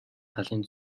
талын